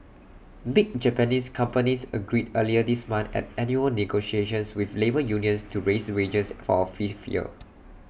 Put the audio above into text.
big Japanese companies agreed earlier this month at annual negotiations with labour unions to raise wages for A fifth year